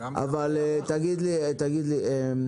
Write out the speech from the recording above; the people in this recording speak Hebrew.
יוסי בורדוביץ,